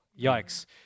Yikes